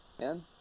man